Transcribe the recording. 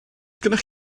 gennych